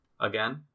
again